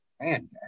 man